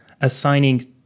assigning